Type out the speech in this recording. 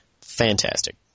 fantastic